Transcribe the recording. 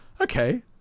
Okay